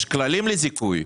יש כללים לזיכוי,